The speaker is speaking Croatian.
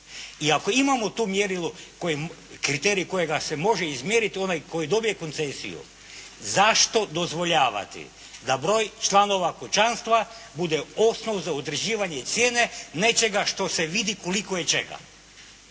i ako imamo to mjerilo, kriterij kojega se može izmjeriti, onaj koji dobije koncesiju zašto dozvoljavati da broj članova kućanstva bude osnov za utvrđivanje cijene nečega što se vidi koliko je čega.